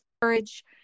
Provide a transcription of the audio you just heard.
courage